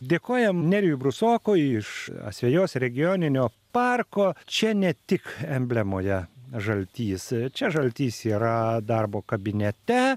dėkojam nerijui brusoko iš asvejos regioninio parko čia ne tik emblemoje žaltys čia žaltys yra darbo kabinete